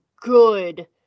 good